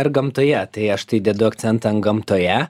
ar gamtoje tai aš tai dedu akcentą ant gamtoje